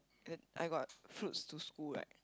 and then I got fruits to school right